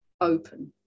open